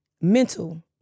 Mental